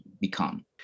become